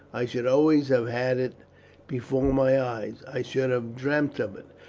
i should always have had it before my eyes i should have dreamt of it.